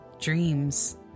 Dreams